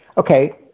Okay